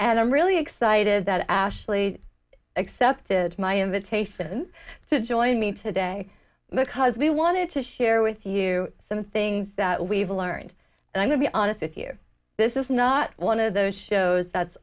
and i'm really excited that ashley accepted my invitation to join me today because we wanted to share with you some of the things that we've learned and i'm going to be honest with you this is not one of those shows that's